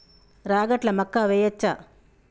రాగట్ల మక్కా వెయ్యచ్చా?